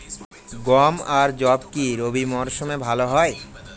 গম আর যব কি রবি মরশুমে ভালো হয়?